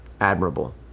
admirable